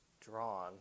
drawn